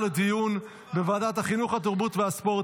לוועדת החינוך, התרבות והספורט